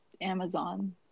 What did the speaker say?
Amazon